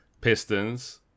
Pistons